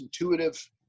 intuitive